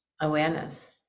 awareness